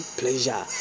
pleasure